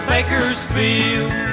Bakersfield